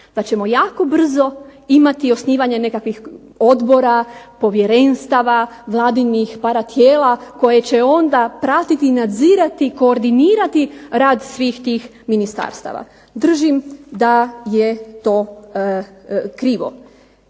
Da ćemo jako brzo imati osnivanja nekakvih odbora, povjerenstava, vladinih paratijela koja će onda pratiti i nadzirati, koordinirati rad svih tih ministarstava. Držim da je to krivo.